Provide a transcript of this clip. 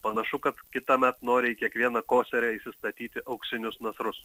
panašu kad kitąmet nori į kiekvieną koserę įsistatyti auksinius nasrus